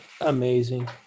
amazing